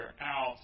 out